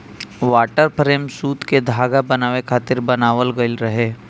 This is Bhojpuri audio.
वाटर फ्रेम सूत के धागा बनावे खातिर बनावल गइल रहे